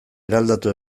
eraldatu